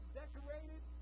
decorated